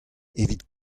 evit